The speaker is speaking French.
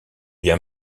bien